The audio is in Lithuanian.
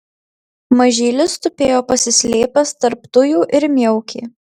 mažylis tupėjo pasislėpęs tarp tujų ir miaukė